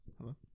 Hello